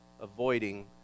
avoiding